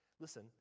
Listen